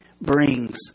brings